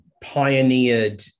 pioneered